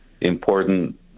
important